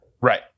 Right